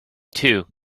too